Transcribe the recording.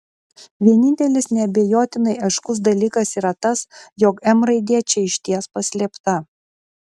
vienintelis neabejotinai aiškus dalykas yra tas jog m raidė čia išties paslėpta